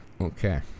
Okay